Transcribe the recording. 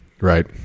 Right